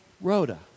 Rhoda